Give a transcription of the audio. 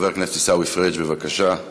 חבר הכנסת עיסאווי פריג' בבקשה.